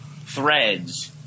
threads